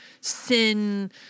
sin